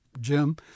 Jim